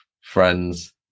friends